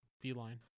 feline